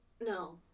no